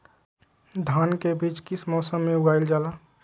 धान के बीज किस मौसम में उगाईल जाला?